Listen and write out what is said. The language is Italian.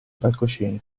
palcoscenico